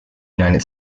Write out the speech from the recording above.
united